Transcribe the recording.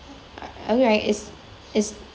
uh alright is is